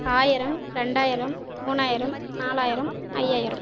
ஆயிரம் ரெண்டாயிரம் மூணாயிரம் நாலாயிரம் ஐயாயிரம்